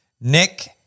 Nick